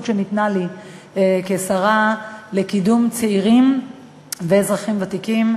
שניתנה לי כשרה לקידום צעירים ואזרחים ותיקים,